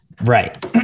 Right